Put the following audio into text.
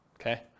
Okay